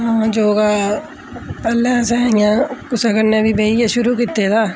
योगा पैह्ले असें इ'यां कुसै कन्नै बी बेइयै शुरु कीते दा